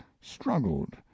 struggled